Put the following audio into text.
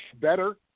better